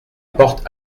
porte